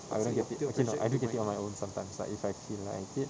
I wouldn't get it actually no I do get it on my own sometimes like if I feel like it